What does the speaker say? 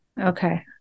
Okay